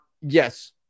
yes